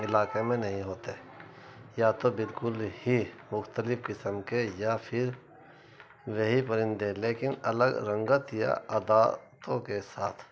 علاقے میں نہیں ہوتے یا تو بالکل ہی مختلف قسم کے یا پھر وہی پرندے لیکن الگ رنگت یا عداتوں کے ساتھ